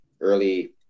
early